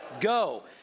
Go